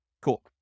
Cool